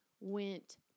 went